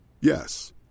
Yes